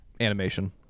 animation